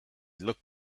looked